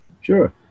Sure